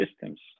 systems